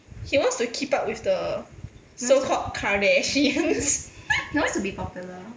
he wants to keep up with the so called kardashians